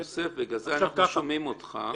בגלל זה אנחנו שומעים אותך.